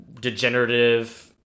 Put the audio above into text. degenerative